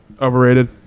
overrated